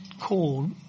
called